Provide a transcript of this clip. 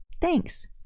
thanks